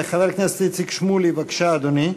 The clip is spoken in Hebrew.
חבר הכנסת איציק שמולי, בבקשה, אדוני,